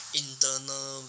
internal